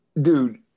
dude